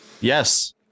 Yes